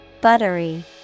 Buttery